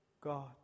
God